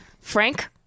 Frank